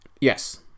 Yes